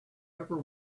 ever